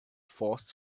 forced